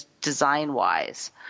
design-wise